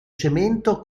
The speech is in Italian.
cemento